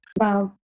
Wow